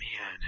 Man